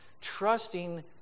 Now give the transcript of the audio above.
Trusting